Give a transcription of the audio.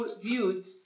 viewed